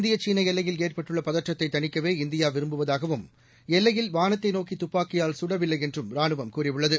இந்திய சீன எல்லையில் ஏற்பட்டுள்ள பதற்றத்தை தணிக்கவே இந்தியா விரும்புவதாகவும் எல்லையில் வானத்தைநோக்கி துப்பாக்கியால் சுடவில்லை என்றும் ராணுவம் கூறியுள்ளது